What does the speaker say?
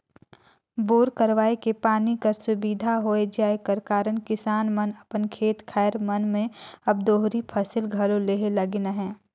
bore करवाए के पानी कर सुबिधा होए जाए कर कारन किसान मन अपन खेत खाएर मन मे अब दोहरी फसिल घलो लेहे लगिन अहे